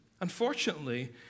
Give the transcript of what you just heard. Unfortunately